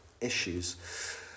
issues